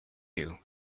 you